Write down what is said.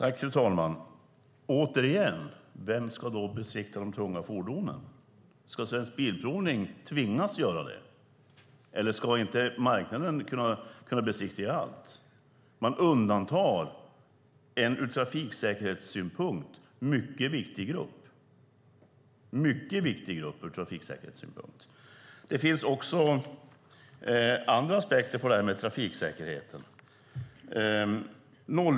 Fru talman! Återigen: Vem ska då besiktiga de tunga fordonen? Ska Svensk Bilprovning tvingas göra det? Ska inte marknaden kunna besiktiga allt? Man undantar en ur trafiksäkerhetssynpunkt mycket viktig grupp. Det finns också andra aspekter på detta med trafiksäkerhet.